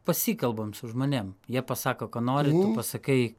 pasikalbam su žmonėm jie pasako ko niru tu pasakai